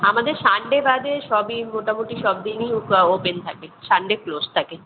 আমাদের সানডে বাদে সবই মোটামুটি সব দিনই ও ওপেন থাকে সানডে ক্লোজ থাকে